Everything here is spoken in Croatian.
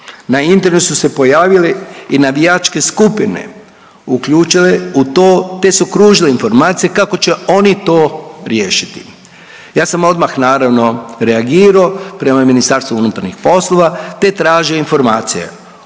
razumije./... su se pojavili i navijačke skupine, uključuje u to te su kružile informacije kako će oni to riješiti. Ja sam odmah, naravno, reagirao prema Ministarstvu unutarnjih poslova te tražio informacije